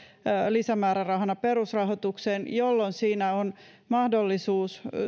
lisämäärärahana perusrahoitukseen jolloin sitä on mahdollisuus